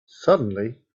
suddenly